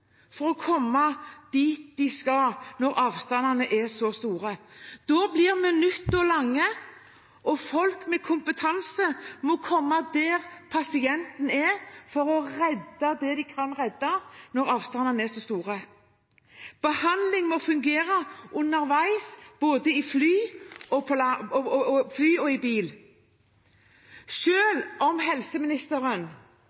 for å komme dit de skal, når avstandene er så store. Da blir minuttene lange, og folk med kompetanse må komme dit pasienten er, for å redde det de kan redde, når avstandene er så store. Behandling må fungere underveis, både i fly og i bil.